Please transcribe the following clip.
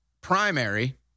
primary